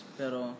pero